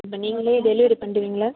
இப்போ நீங்களே டெலிவரி பண்ணிடுவீங்களா